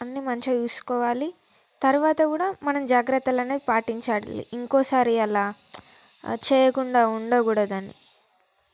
అన్నీ మంచిగ చూసుకోవాలి తర్వాత కూడా మనం జాగ్రత్తలు అనేవి పాటించాలి ఇంకోసారి అలా చేయకుండా ఉండకూడదని